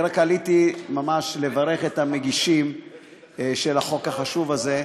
רק עליתי ממש לברך את המגישים של החוק החשוב הזה,